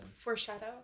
foreshadow